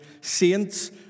saints